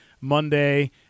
Monday